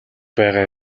байгаа